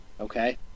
Okay